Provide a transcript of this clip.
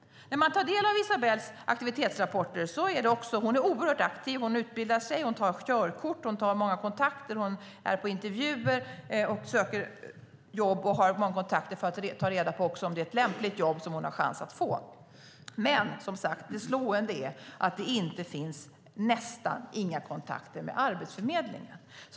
När man tar del av Isabells aktivitetsrapporter - hon är oerhört aktiv; hon utbildar sig, tar körkort, tar många kontakter, är på intervjuer, söker jobb och har också många kontakter för att ta reda på om det är lämpliga jobb hon har chans att få - är det slående hur det nästan inte finns några kontakter med Arbetsförmedlingen.